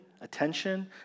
attention